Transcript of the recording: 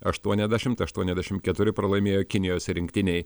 aštuoniadešimt aštuoniasdešimt keturi pralaimėjo kinijos rinktinei